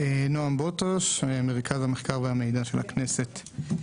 נעם בוטוש, מרכז המחקר והמידע של הכנסת.